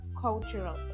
Cultural